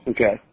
Okay